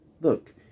Look